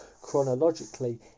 chronologically